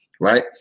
Right